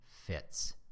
fits